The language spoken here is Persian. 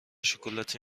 شکلاتی